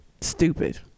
Stupid